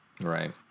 Right